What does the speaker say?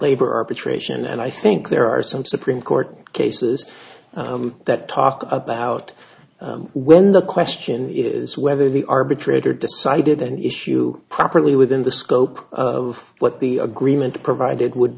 arbitration and i think there are some supreme court cases that talk about when the question is whether the arbitrator decided an issue properly within the scope of what the agreement provided would